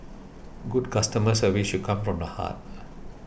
good customer service should come from the heart